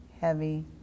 heavy